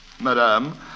Madame